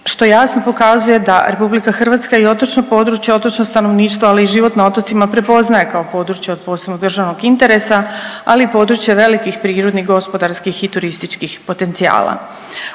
što jasno pokazuje da RH i otočno područje, otočno stanovništvo, ali i život na otocima prepoznaje kao područje od posebnog državnog interesa, ali i područje velikih prirodnih, gospodarskih i turističkih potencijala.